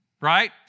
right